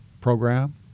program